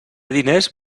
diners